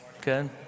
Good